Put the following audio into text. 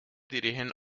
dirigen